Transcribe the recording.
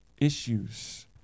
issues